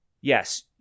yes